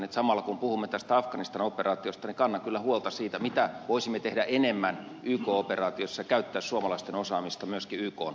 että samalla kun puhumme tästä afganistan operaatiosta niin kannan kyllä huolta siitä mitä voisimme tehdä enemmän yk operaatiossa käyttää suomalaisten osaamista myöskin ykn puolella